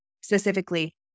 specifically